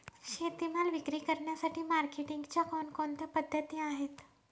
शेतीमाल विक्री करण्यासाठी मार्केटिंगच्या कोणकोणत्या पद्धती आहेत?